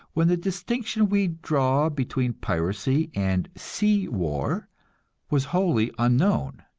when the distinction we draw between piracy and sea-war was wholly unknown.